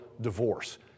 divorce